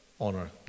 honor